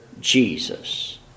Jesus